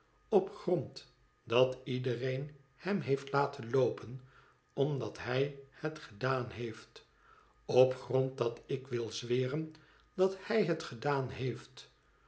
op grond dat iedereen hem heeft laten loopen omdat hij het gedaan heeft op grond dat ik wü zweren dat hij het gedaan heeft